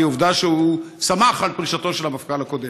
כי עובדה שהוא שמח על פרישתו של המפכ"ל הקודם.